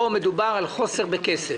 פה מדובר על חוסר בכסף.